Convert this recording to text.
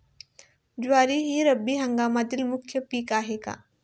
ज्वारी हे रब्बी हंगामातील मुख्य पीक आहे का?